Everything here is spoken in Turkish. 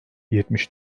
yetmiş